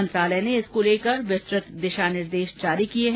मंत्रालय ने इसको लेकर विस्तृत दिशा निर्देश जारी किये हैं